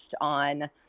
on